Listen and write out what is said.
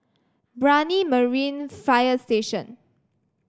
Brani Marine Fire Station